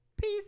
Peace